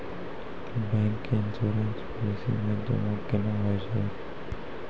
Bank के insurance policy मे जमा केना होय छै?